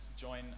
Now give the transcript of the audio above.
join